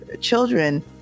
children